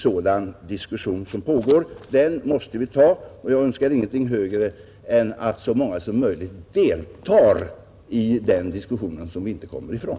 Den diskussionen är ganska livlig, och vi måste delta i den. Jag önskar heller ingenting högre än att så många som möjligt deltar i den debatten, som vi inte kommer ifrån.